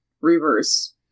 Reverse